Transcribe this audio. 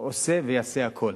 עושה ויעשה הכול